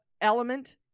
element